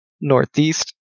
northeast